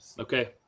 Okay